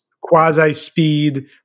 quasi-speed